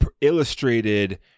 illustrated